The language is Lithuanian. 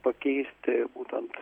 pakeisti būtent